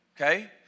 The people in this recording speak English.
okay